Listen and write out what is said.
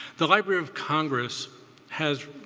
the library of congress has